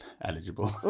Eligible